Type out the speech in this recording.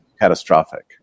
catastrophic